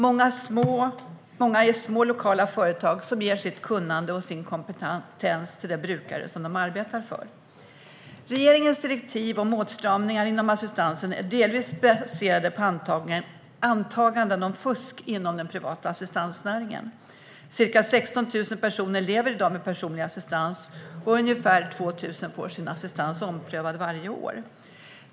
Många är små, lokala företag som ger sitt kunnande och sin kompetens till de brukare som de arbetar för. Regeringens direktiv om åtstramningar inom assistansen är delvis baserade på antaganden om fusk inom den privata assistansnäringen. Ca 16 000 personer lever i dag med personlig assistans, och ungefär 2 000 får sin assistans omprövad varje år.